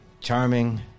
charming